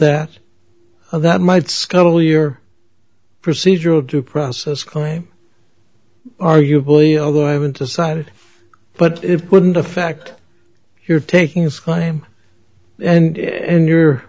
that that might scuttle your procedural due process claim arguably although i haven't decided but it wouldn't affect your takings claim and your